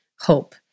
hope